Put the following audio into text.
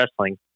wrestling